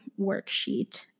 worksheet